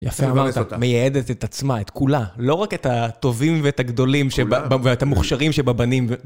יפה, אמרת, מייעדת את עצמה, את כולה, לא רק את הטובים ואת הגדולים ואת המוכשרים שבבנים.